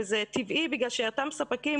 וזה טבעי בגלל שאותם ספקים,